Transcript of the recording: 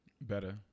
Better